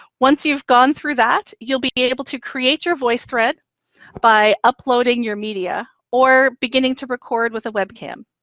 once you've gone through that, you'll be able to create your voicethread by uploading your media or beginning to record with a webcam.